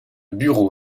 bureau